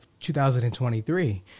2023